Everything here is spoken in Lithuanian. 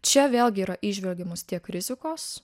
čia vėlgi yra įžvelgiamos tiek rizikos